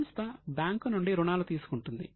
సంస్థ బ్యాంకు నుండి రుణాలు తీసుకుంటుంది